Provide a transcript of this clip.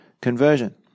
conversion